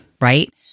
right